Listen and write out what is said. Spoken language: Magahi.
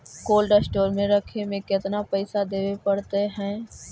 कोल्ड स्टोर में रखे में केतना पैसा देवे पड़तै है?